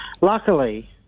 Luckily